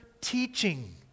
teaching